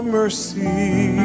mercy